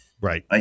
Right